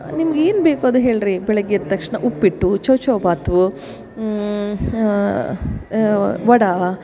ನಿಮ್ಗ ಏನು ಬೇಕು ಅದು ಹೇಳ್ರಿ ಬೆಳಗ್ಗೆ ಎದ್ದ ತಕ್ಷಣ ಉಪ್ಪಿಟ್ಟು ಚೌವ್ ಚೌವ್ ಬಾತು ವಡೆ